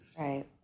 Right